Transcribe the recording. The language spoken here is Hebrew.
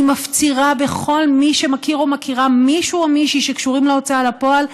אני מפצירה בכל מי שמכיר או מכירה מישהו או מישהי שקשורים להוצאה לפועל,